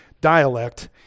dialect